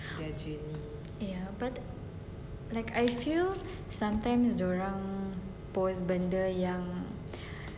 ya but like I feel sometimes dia orang post benda yang